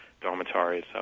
dormitories